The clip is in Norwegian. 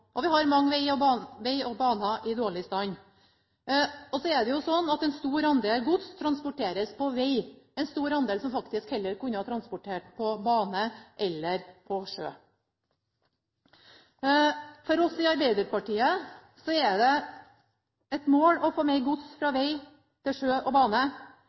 Vi har mange veger og baner i dårlig stand. En stor andel gods transporteres på veg – en stor andel som heller kunne vært transportert på bane eller på sjø. For oss i Arbeiderpartiet er det et mål å få mer gods fra veg til sjø og bane.